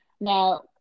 Now